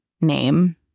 name